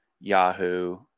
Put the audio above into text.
Yahoo